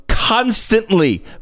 constantly